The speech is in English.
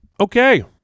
okay